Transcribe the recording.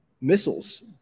missiles